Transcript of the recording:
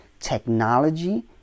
technology